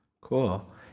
cool